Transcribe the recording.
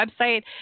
website